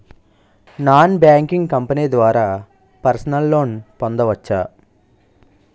Non banking company ద్వారా personal loan పొందవచ్చా?